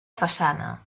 façana